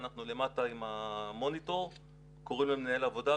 אנחנו למטה עם המוניטור קוראים למנהל העבודה,